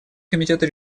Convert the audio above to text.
комитета